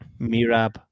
Mirab